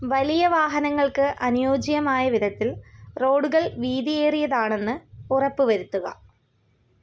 വലിയ വാഹനങ്ങൾക്ക് അനുയോജ്യമായ വിധത്തിൽ റോഡുകൾ വീതിയേറിയതാണെന്ന് ഉറപ്പുവരുത്തുക